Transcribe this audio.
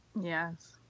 Yes